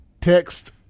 text